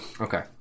Okay